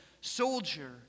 soldier